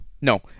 No